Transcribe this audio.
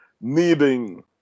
needing